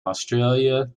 australia